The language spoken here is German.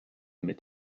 mit